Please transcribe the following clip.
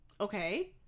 Okay